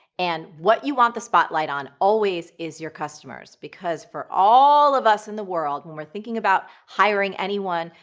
and what you want the spotlight on always is your customers, because for all of us in the world when we're thinking about hiring anyone,